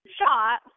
shot